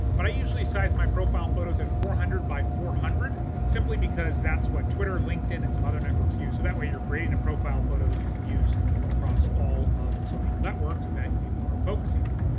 but i usually size my profile photos at four hundred by four hundred, simply because that's what twitter, linkedin, and some other networks use, so that way you're creating a profile photo that you can use across all of the social networks that you are focusing on.